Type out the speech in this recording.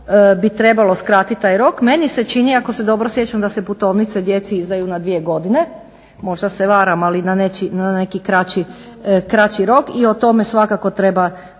bi trebalo skratiti taj rok. Meni se čini ako se dobro sjećam da se putovnice djeci izdaju na 2 godine. možda se varam, ali na neki kraći rok i o tome svakako treba